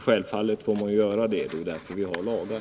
Självfallet får man göra en sådan anpassning — det är därför vi har lagar.